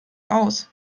aus